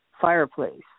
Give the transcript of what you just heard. fireplace